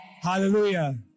Hallelujah